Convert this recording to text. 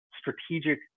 strategic